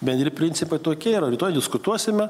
bendri principai tokie yra rytoj diskutuosime